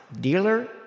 Dealer